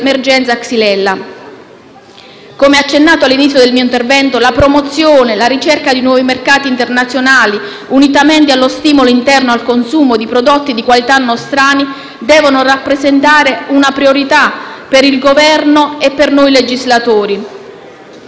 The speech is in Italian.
Come accennato all'inizio del mio intervento, la promozione e la ricerca di nuovi mercati internazionali, unitamente allo stimolo interno al consumo di prodotti di qualità nostrani, devono rappresentare una priorità per il Governo e per noi legislatori.